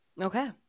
Okay